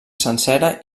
sencera